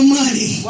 money